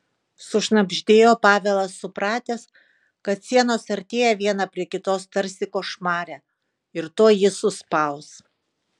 sušnabždėjo pavelas supratęs kad sienos artėja viena prie kitos tarsi košmare ir tuoj jį suspaus